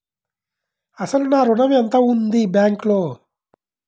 అసలు నా ఋణం ఎంతవుంది బ్యాంక్లో?